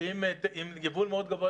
עם יבוא מאוד גבוה.